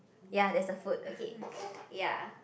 ya that's a food okay ya